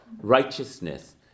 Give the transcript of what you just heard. Righteousness